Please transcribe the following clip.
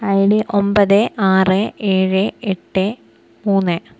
I D ഒമ്പത് ആറ് ഏഴ് എട്ട് മൂന്ന്